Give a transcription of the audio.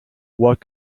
what